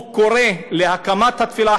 הוא קורא להקמת התפילה,